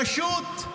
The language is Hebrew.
פשוט.